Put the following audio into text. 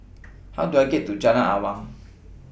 How Do I get to Jalan Awang